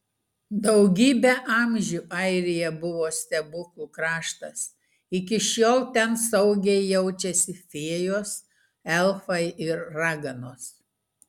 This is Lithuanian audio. daugybę amžių airija buvo stebuklų kraštas iki šiol ten saugiai jaučiasi fėjos elfai ir raganos